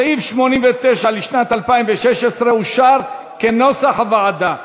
סעיף 89 לשנת 2016 אושר, כנוסח הוועדה.